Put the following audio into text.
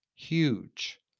huge